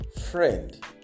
friend